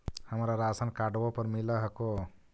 हमरा राशनकार्डवो पर मिल हको?